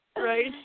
right